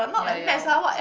ya ya